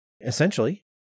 essentially